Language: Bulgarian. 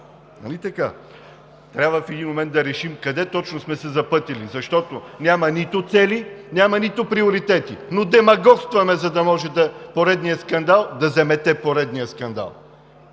Нали така? Трябва в един момент да решим къде точно сме се запътили, защото няма нито цели, няма нито приоритети, но демагогстваме, за да може поредният скандал да замете поредния скандал.